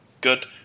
good